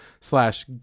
slash